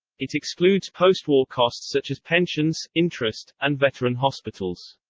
it excludes postwar costs such as pensions, interest, and veteran hospitals.